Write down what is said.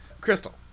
Crystal